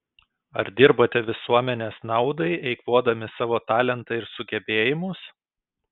ar dirbate visuomenės naudai eikvodami savo talentą ir sugebėjimus